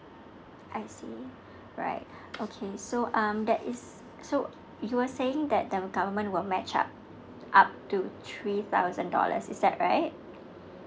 I see alright okay so um that is so you were saying that the government will match up up to three thousand dollars is that right